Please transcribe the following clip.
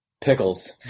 pickles